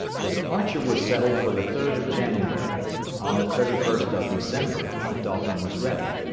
the departure was settled for the third of january on the thirty first of december the dolphin was ready,